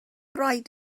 rhaid